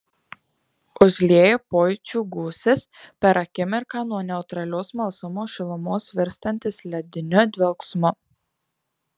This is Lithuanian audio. užlieja pojūčių gūsis per akimirką nuo neutralios smalsumo šilumos virstantis lediniu dvelksmu